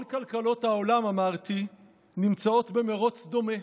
כל כלכלות העולם, אמרתי, נמצאות במרוץ דומה.